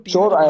Sure